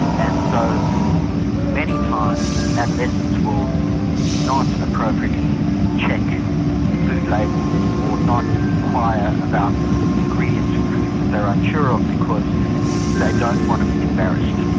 and so many times adolescents will not appropriately check food labels or not enquire about ingredients of foods that they are unsure of because they don't want to be embarrassed.